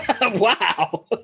Wow